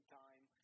time